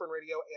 radio